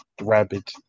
rabbit